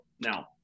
Now